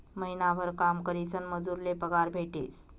महिनाभर काम करीसन मजूर ले पगार भेटेस